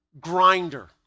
grinder